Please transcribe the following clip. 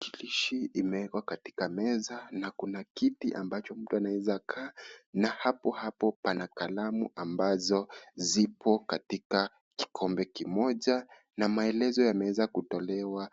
Tarakilishi imewekwa katika meza na kuna kiti ambacho mtu anaweza kaa na hapo hapo pana kalamu ambazo zipo katika kikombe kimoja na maelezo yameweza kutolewa